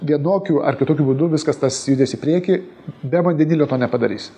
vienokiu ar kitokiu būdu viskas tas judės į priekį be vandenilio to nepadarysi